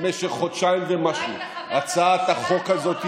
במשך חודשיים ומשהו, מה מעצורים?